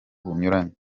bunyuranye